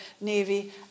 navy